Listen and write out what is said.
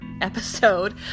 episode